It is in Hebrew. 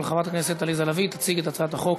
חברת הכנסת עליזה לביא תציג את הצעת החוק